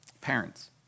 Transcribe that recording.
Parents